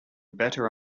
better